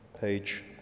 page